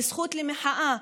לזכות למחאה,